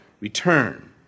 return